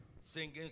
singing